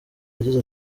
yagize